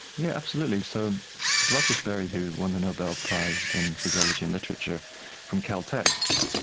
yeah absolutely. so rogers sperry who won the nobel prize in physiology and literature from caltech,